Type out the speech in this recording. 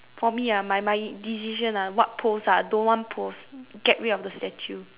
for me ah my my decision ah what pose ah don't want pose get rid of the statue